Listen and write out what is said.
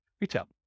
retail